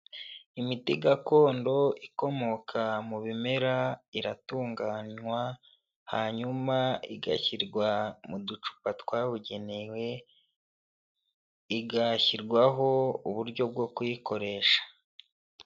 Imiti gakondo ikomoka mu bimera, iratunganywa hanyuma igashyirwa mu ducupa twabugenewe, igashyirwaho uburyo bwo kuyikoresha.